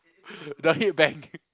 the head bang